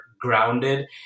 grounded